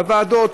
בוועדות,